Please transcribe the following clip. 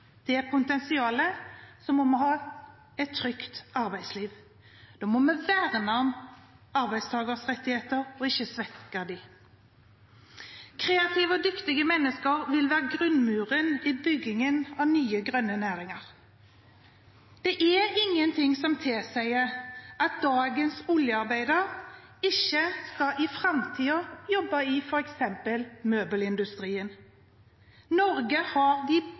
det potensialet må vi ha et trygt arbeidsliv. Da må vi verne om arbeidstakeres rettigheter, ikke svekke dem. Kreative og dyktige mennesker vil være grunnmuren i byggingen av nye, grønne næringer. Det er ingenting som tilsier at dagens oljearbeider i framtiden ikke skal jobbe i f.eks. møbelindustrien. Norge har de